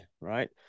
right